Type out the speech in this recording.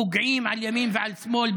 פוגעים על ימין ועל שמאל,